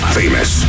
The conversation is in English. famous